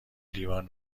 لیوان